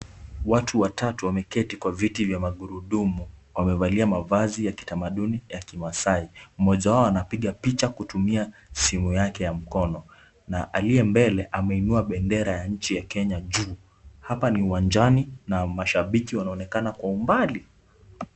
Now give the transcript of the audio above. Watu watatu wameketi kwa viti vya magurudumu, wamevalia mavazi ya kitamaduni ya kimaasai. Mmoja wao anapiga picha kutumia simu yake ya mkono na aliye mbele ameinua bendera ya nchi ya Kenya juu. Hapa ni uwanjani na mashabiki wanaonekana kwa umbali.